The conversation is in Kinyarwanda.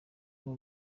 n’u